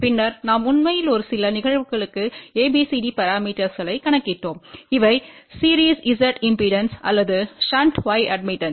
பின்னர் நாம் உண்மையில் ஒரு சில நிகழ்வுகளுக்கு ABCD பரமீட்டர்ஸ்களைக் கணக்கிட்டோம் இவை சீரிஸ் Z இம்பெடன்ஸ் அல்லது ஷன்ட் Y அட்மிட்டன்ஸ்